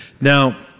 Now